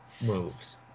moves